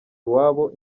iwabo